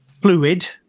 fluid